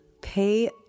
pay